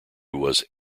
was